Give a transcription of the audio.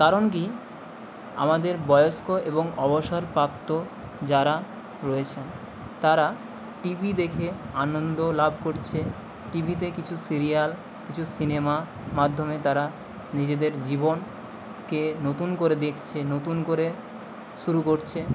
কারণ কী আমাদের বয়স্ক এবং অবসরপ্রাপ্ত যারা রয়েছেন তারা টি ভি দেখে আনন্দ লাভ করছে টি ভিতে কিছু সিরিয়াল কিছু সিনেমা মাধ্যমে তারা নিজেদের জীবনকে নতুন করে দেখছে নতুন করে শুরু করছে